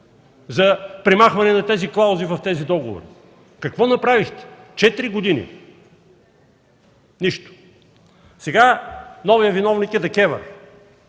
за премахване на тези клаузи в тези договори? Какво направихте? Четири години? Нищо! Сега новият виновник е ДКЕВР.